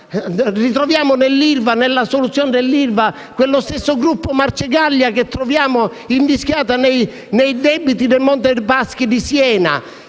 Ritroviamo nella soluzione dell'ILVA lo stesso gruppo Marcegaglia che troviamo invischiato nei debiti del Monte dei Paschi di Siena